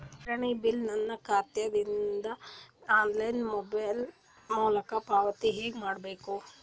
ಕಿರಾಣಿ ಬಿಲ್ ನನ್ನ ಖಾತಾ ದಿಂದ ಆನ್ಲೈನ್ ಮೊಬೈಲ್ ಮೊಲಕ ಪಾವತಿ ಹೆಂಗ್ ಮಾಡಬೇಕು?